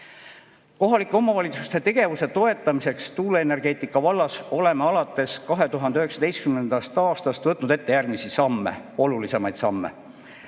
Kohalike omavalitsuste tegevuse toetamiseks tuuleenergeetika vallas oleme alates 2019. aastast võtnud ette järgmisi olulisemaid samme.